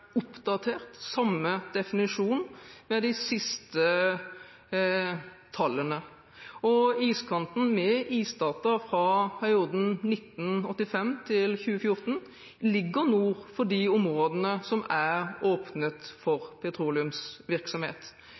oppdatert samme definisjon med de siste tallene. Og når det gjelder iskanten, foreligger det nå isdata fra perioden 1985 til 2014 for de områdene som er åpnet for petroleumsvirksomhet.